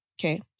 Okay